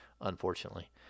unfortunately